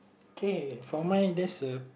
okay for mine there's a